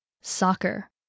Soccer